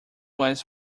was